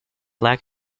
lack